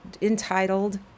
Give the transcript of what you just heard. Entitled